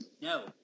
No